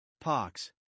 pox